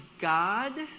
God